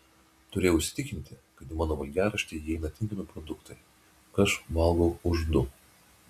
turėjau įsitikinti kad į mano valgiaraštį įeina tinkami produktai juk aš valgau už du